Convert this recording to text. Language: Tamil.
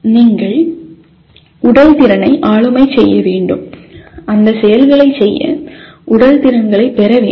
நீங்கள் உடல் திறனை ஆளுமை செய்ய வேண்டும் அந்த செயல்களைச் செய்ய உடல் திறன்களைப் பெற வேண்டும்